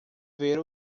ver